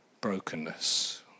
brokenness